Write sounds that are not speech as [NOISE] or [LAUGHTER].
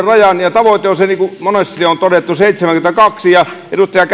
[UNINTELLIGIBLE] rajan ja ja tavoite on niin kuin monesti on todettu seitsemänkymmentäkaksi edustaja [UNINTELLIGIBLE]